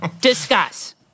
Discuss